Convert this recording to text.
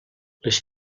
les